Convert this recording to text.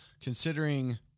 considering